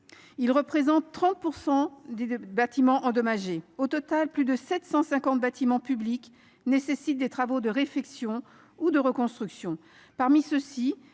représentent 30 % des bâtiments endommagés. Au total, plus de 750 bâtiments publics nécessitent des travaux de réfection ou de reconstruction. Parmi ceux ci,